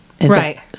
Right